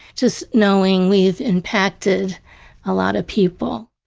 just knowing we've impacted a lot of people